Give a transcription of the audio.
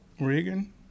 Reagan